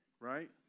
right